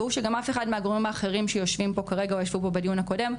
והוא שגם אף אחד מהגורמים האחרים שושבים פה כרגע וישבו פה בדיון הקודם,